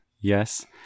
Yes